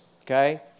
Okay